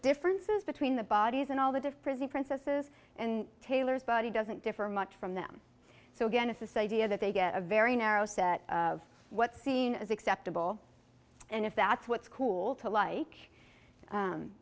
differences between the bodies and all the different the princesses and taylor's body doesn't differ much from them so again it's this idea that they get a very narrow set of what's seen as acceptable and if that's what's cool to like